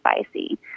spicy